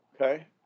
Okay